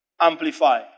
Amplify